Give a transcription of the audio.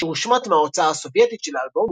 השיר הושמט מההוצאה הסובייטית של האלבום,